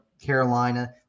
Carolina